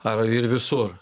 ar ir visur